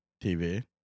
TV